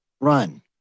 run